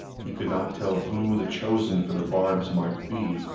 he could not tell who the chosen for the barbs might be,